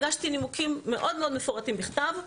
הגשתי נימוקים מאוד מפורטים בכתב.